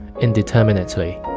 indeterminately